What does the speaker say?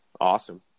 Awesome